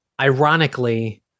ironically